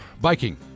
biking